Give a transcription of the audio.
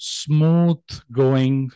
smooth-going